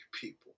people